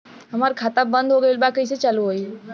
हमार खाता बंद हो गईल बा कैसे चालू होई?